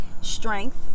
Strength